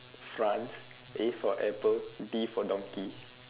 France A for apple D for donkey